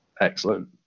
excellent